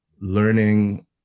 learning